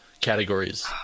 categories